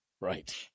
right